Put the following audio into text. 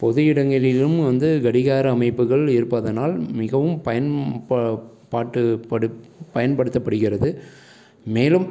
பொது இடங்களிலும் வந்து கடிகார அமைப்புகள் இருப்பதனால் மிகவும் பயன் ப பாட்டு படு பயன்படுத்தப்படுகிறது மேலும்